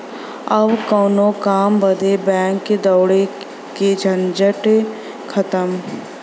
अब कउनो काम बदे बैंक दौड़े के झंझटे खतम